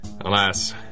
Alas